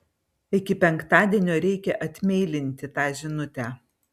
iki penktadienio reikia atmeilinti tą žinutę